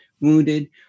wounded